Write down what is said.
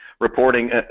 reporting